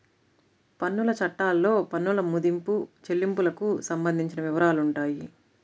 పన్నుల చట్టాల్లో పన్నుల మదింపు, చెల్లింపులకు సంబంధించిన వివరాలుంటాయి